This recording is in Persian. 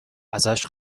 ازش